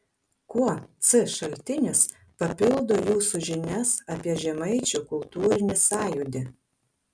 kuo c šaltinis papildo jūsų žinias apie žemaičių kultūrinį sąjūdį